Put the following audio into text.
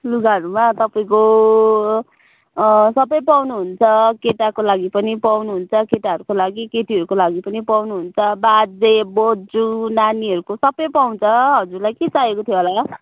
लुगाहरूमा तपाईँको सबै पाउनु हुन्छ केटाको लागि पनि पाउनु हुन्छ केटाहरूको लागि केटीहरूको लागि पनि पाउनु हुन्छ बाजे बोजू नानीहरूको सबै पाउँछ हजुरलाई के चाहिएको थियो होला